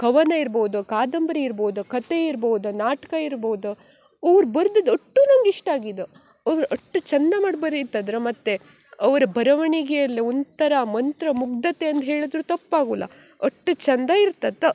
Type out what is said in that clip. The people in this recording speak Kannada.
ಕವನ ಇರ್ಬೋದು ಕಾದಂಬರಿ ಇರ್ಬೋದು ಕತೆ ಇರ್ಬೋದು ನಾಟಕ ಇರ್ಬೋದು ಅವ್ರು ಬರ್ದದ್ದು ಅಷ್ಟೂ ನಂಗೆ ಇಷ್ಟ ಆಗಿದೆ ಅವ್ರು ಅಷ್ಟು ಚಂದ ಮಾಡಿ ಬರೀತದ್ರು ಮತ್ತು ಅವ್ರ ಬರವಣಿಗೆಯಲ್ಲಿ ಒಂಥರ ಮಂತ್ರಮುಗ್ದತೆ ಅಂದು ಹೇಳಿದ್ರೂ ತಪ್ಪಾಗುಲ್ಲ ಅಷ್ಟ್ ಚಂದ ಇರ್ತದ